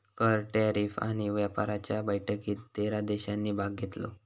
कर, टॅरीफ आणि व्यापाराच्या बैठकीत तेरा देशांनी भाग घेतलो